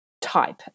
type